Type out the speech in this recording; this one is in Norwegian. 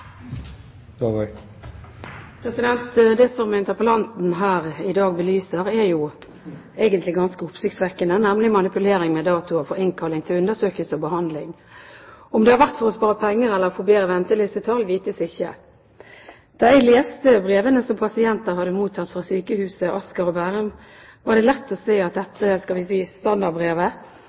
konstruktiv. Det som interpellanten her i dag belyser, er egentlig ganske oppsiktsvekkende, nemlig manipulering med datoer for innkalling til undersøkelse og behandling. Om det har vært for å spare penger eller for å få bedre ventelistetall, vites ikke. Da jeg leste brevene som pasienter hadde mottatt fra Sykehuset Asker og Bærum, var det lett å se at dette standardbrevet,